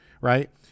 right